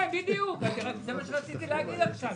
כן, בדיוק, זה מה שרציתי להגיד עכשיו.